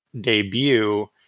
debut